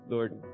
Lord